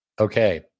Okay